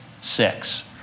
six